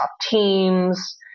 Teams